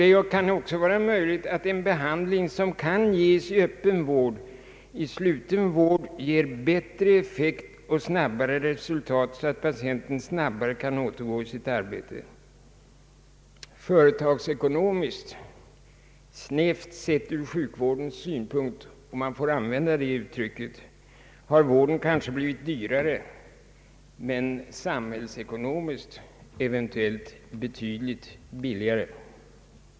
Det kan även vara så att en behandling som kan ges i öppen vård i sluten vård ger bättre effekt och snabbare resultat så att patienten fortare kan återgå till sitt arbete. Företagsekonomiskt snävt sett ur sjukvårdens synpunkt — om man får använda det uttrycket — har vården kanske blivit dyrare men samhällsekonomiskt eventuellt betydligt billigare.